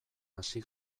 hasi